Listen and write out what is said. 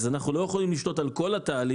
אז אנחנו לא יכולים לשלוט על כל התהליך,